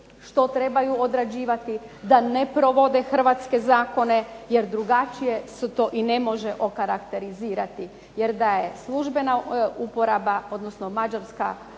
što trebaju odrađivati, da ne provode hrvatske zakone jer drugačije se to i ne može okarakterizirati. Jer da je službena uporaba, odnosno da